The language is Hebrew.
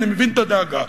ואני מבין את הדאגה,